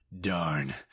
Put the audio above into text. Darn